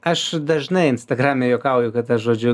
aš dažnai instagrame juokauju kad aš žodžiu